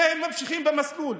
שניהם ממשיכים במסלול.